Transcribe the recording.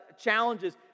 challenges